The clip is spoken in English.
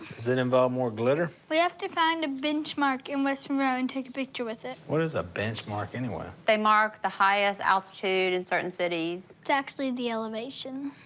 does it involve more glitter? we have to find a benchmark in west monroe and take a picture with it. what is a benchmark anyway? they mark the highest altitude in certain cities. it's actually the elevation.